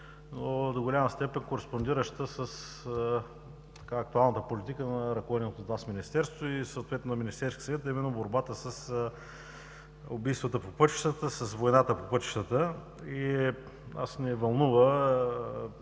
но до голяма степен кореспондираща с актуалната политика на ръководеното Вас министерство и съответно на Министерския съвет, а именно борбата с убийствата по пътищата, с войната по пътищата. Нас ни вълнува